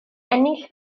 ennill